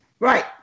Right